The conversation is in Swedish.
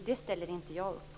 Detta ställer inte jag upp på.